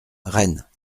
rennes